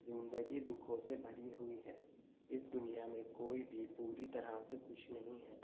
زندگی دکھوں سے بھری ہوئی ہے اس دنیا میں کوئی بھی پوری طرح سے خوش نہیں ہے